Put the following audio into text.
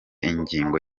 ingengo